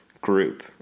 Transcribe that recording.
group